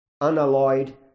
Unalloyed